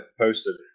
posted